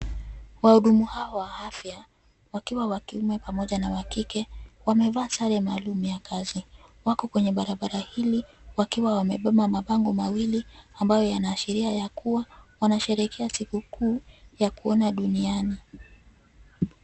Wahudumu hawa wa afya, wakiwa wa kiume pamoja na wa kike, wamevaa sare maalum ya kazi, wako kwenye barabara hili, wakiwa wamebeba mabango mawili, ambayo yanaashiria ya kuwa, wanasherekea siku kuu, yakuona duniani.